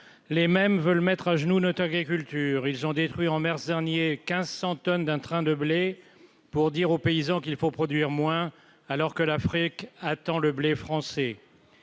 les mêmes veut le mettre à genoux, notre agriculture, ils ont détruit, en mars dernier 1500 tonnes d'un train de blé pour dire aux paysans qu'il faut produire moins, alors que l'Afrique attend le blé français,